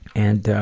and